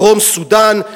דרום-סודן.